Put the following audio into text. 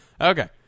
Okay